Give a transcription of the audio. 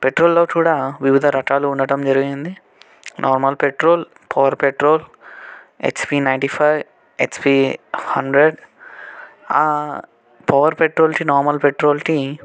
పెట్రోల్లో కూడా వివిధ రకాలు ఉండటం జరిగింది normal petrol power petrol HP ninety five HP hundred power పెట్రోల్కి నార్మల్ పెట్రోల్కి